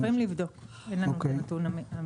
אנחנו יכולים לבדוק, אין לנו נתון מדויק.